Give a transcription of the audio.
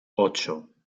ocho